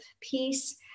peace